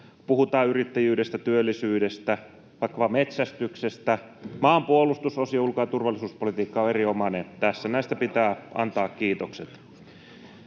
Puhutaan yrittäjyydestä, työllisyydestä, vaikkapa metsästyksestä. Maanpuolustusosio ja ulko- ja turvallisuuspolitiikka on erinomainen tässä. Näistä pitää antaa kiitokset.